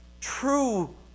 true